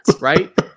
right